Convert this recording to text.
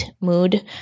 mood